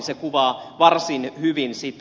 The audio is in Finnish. se kuvaa varsin hyvin sitä